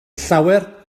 llawer